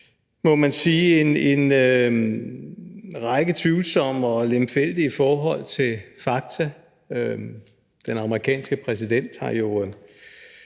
må man sige, en række tvivlsomme og lemfældige forhold til fakta – den tidligere amerikanske præsident har jo talt